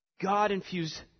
God-infused